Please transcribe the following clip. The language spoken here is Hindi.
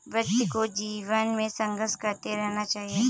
व्यक्ति को जीवन में संघर्ष करते रहना चाहिए